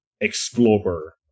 explorer